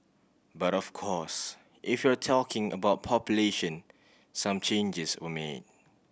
but of course if you're talking about population some changes were made